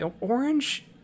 orange